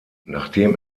nachdem